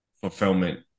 fulfillment